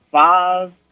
five